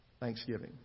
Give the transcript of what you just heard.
Thanksgiving